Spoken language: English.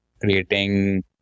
creating